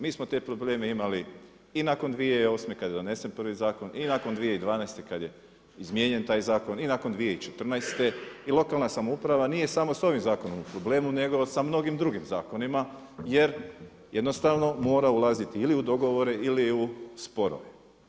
Mi smo te probleme imali i nakon 2008. kada je donesen prvi zakon i nakon 2012. kada je izmijenjen taj zakon i nakon 2014. i lokalna samouprava nije samo s ovim zakonom u problemu nego sa mnogim drugim zakonima jer mora ulaziti ili dogovore ili u sporove.